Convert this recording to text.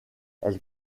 elle